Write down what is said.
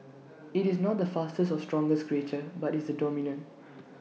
IT is not the fastest or strongest creature but is the dominant